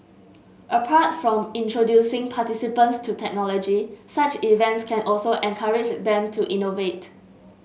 apart from introducing participants to technology such events can also encourage them to innovate